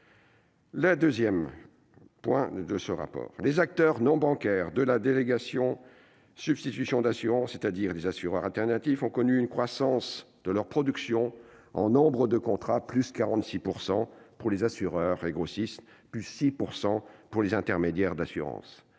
Deuxièmement, « les acteurs non bancaires de la délégation/substitution d'assurance- c'est-à-dire les assureurs alternatifs -ont connu une croissance de leur production en nombre de contrats- +46 % pour les assureurs et grossistes et +6 % pour les intermédiaires d'assurance